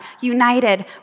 united